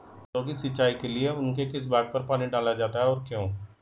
पौधों की सिंचाई के लिए उनके किस भाग पर पानी डाला जाता है और क्यों?